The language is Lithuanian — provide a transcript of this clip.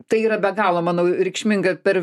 tai yra be galo manau reikšminga per